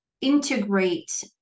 integrate